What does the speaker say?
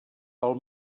pel